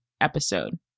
episode